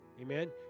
Amen